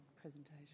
presentation